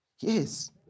Yes